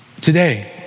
Today